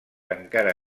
encara